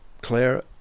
Claire